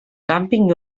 càmping